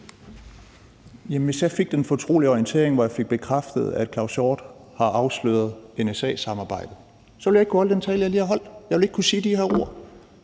Hvis jeg havde fået den fortrolige orientering, hvor jeg fik bekræftet, at hr. Claus Hjort Frederiksen havde afsløret NSA-samarbejdet, så ville jeg ikke have kunnet holde den tale, jeg lige har holdt; jeg ville ikke kunne sige de her ord.